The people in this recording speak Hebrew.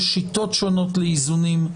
יש שיטות שונות לאיזונים.